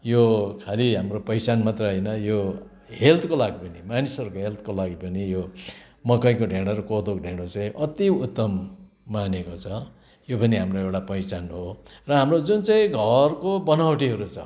यो खालि हाम्रो पहिचान मात्र होइन यो हेल्थको लागि पनि मानिसहरूको हेल्थको लागि पनि यो मकैको ढेँडो र कोदोको ढेँडो चाहिँ अति उत्तम मानेको छ यो पनि हाम्रो एउटा पहिचान हो र हाम्रो जुन चाहिँ घरको बनावटीहरू छ